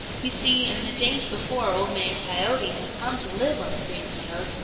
you see in the days before old man coyote had come to live on the green meadows,